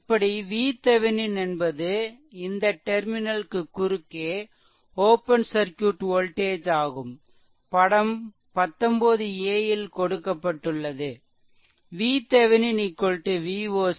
இப்படி VThevenin என்பது இந்த டெர்மினல்க்கு குறுக்கே ஓப்பன் சர்க்யூட் வோல்டேஜ் ஆகும் படம் 19 a ல் கொடுக்கப்பட்டுள்ளது VThevenin Voc